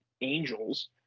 angels